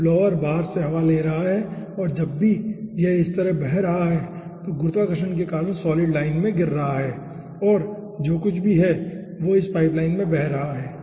तो ब्लोअर बाहर से हवा ले रहा है और जब भी यह इस तरह बह रहा है तो गुरुत्वाकर्षण के कारण सॉलिड लाइन में गिर रहा है और जो कुछ भी है वो इस पाइपलाइन में बह रहा है